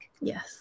Yes